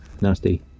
nasty